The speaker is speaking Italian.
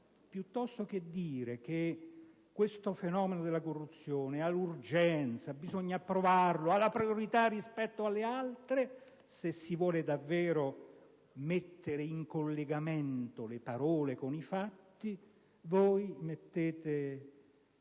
Piuttosto che dire che il fenomeno della corruzione ha urgenza e che ha la priorità rispetto alle altre cose, se si vuole davvero mettere in collegamento le parole con i fatti, voi assegnate